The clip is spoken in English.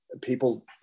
people